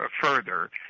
further